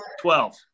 twelve